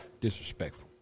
Disrespectful